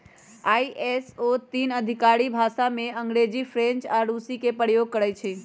ISO तीन आधिकारिक भाषामें अंग्रेजी, फ्रेंच आऽ रूसी के प्रयोग करइ छै